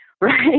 right